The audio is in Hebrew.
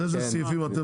אז על איזה סעיפים אתם...